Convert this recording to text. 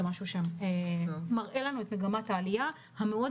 זה משהו שמראה לנו את מגמת העלייה המהירה מאוד,